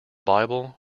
bible